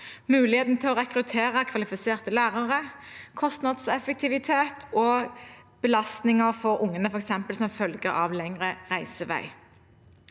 muligheten til å rekruttere kvalifiserte lærere, kostnadseffektivitet og belastninger for ungene, f.eks. som følge av lengre reisevei.